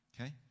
Okay